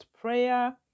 prayer